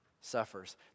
suffers